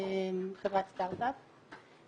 חברת סטארט-אפ.